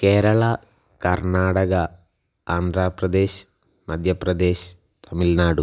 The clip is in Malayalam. കേരള കർണാടക ആന്ധ്രാപ്രദേശ് മധ്യപ്രദേശ് തമിൽനാടു